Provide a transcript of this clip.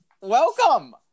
Welcome